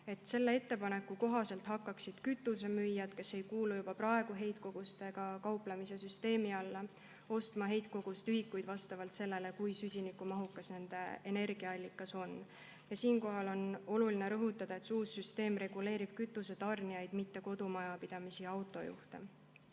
Selle ettepaneku kohaselt hakkaksid kütusemüüjad, kes ei kuulu veel praegu heitkogustega kauplemise süsteemi, ostma heitkoguste ühikuid vastavalt sellele, kui süsinikumahukas on nende energiaallikas. Siinkohal on oluline rõhutada, et see uus süsteem puudutab kütusetarnijaid, mitte kodumajapidamisi ja autojuhte.